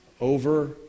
over